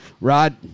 Rod